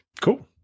Cool